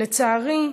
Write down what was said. שלצערי,